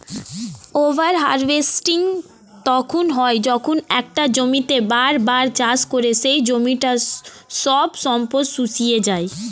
over harvesting তখন হয় যখন একটা জমিতেই বার বার চাষ করে সেই জমিটার সব সম্পদ শুষিয়ে যায়